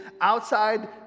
outside